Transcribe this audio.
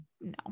no